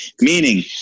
Meaning